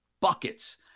buckets